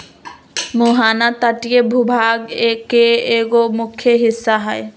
मुहाना तटीय भूभाग के एगो मुख्य हिस्सा हई